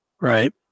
Right